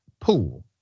pool